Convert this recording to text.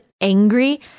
angry